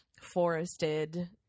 forested